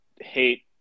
hate